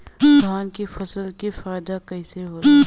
धान क फसल क फायदा कईसे होला?